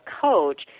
coach